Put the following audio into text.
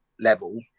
level